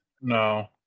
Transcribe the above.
no